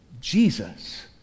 Jesus